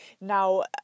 Now